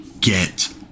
get